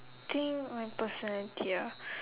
think my personality ah